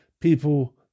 people